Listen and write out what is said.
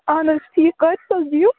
اَہن حظ ٹھیٖک کۭتِس حظ دِیِو